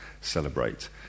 celebrate